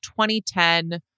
2010